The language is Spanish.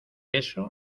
eso